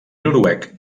noruec